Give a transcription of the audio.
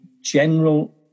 general